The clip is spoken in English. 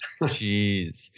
Jeez